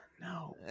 No